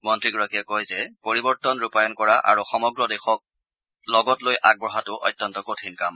মন্নীগৰাকীয়ে কয় যে পৰিৱৰ্তন ৰূপায়ণ কৰা আৰু সমগ্ৰ দেশক লগত লৈ আগবঢ়াটো অত্যন্ত কঠিন কাম